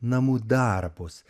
namų darbus